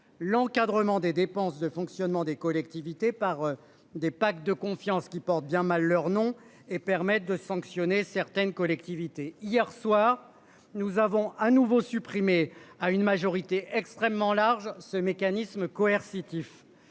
l'encadrement des dépenses de fonctionnement des collectivités par des pactes de confiance qui portent bien mal leur nom et permettent de sanctionner certaines collectivités hier soir. Nous avons à nouveau supprimer à une majorité extrêmement large ce mécanisme coercitif.